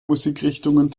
musikrichtungen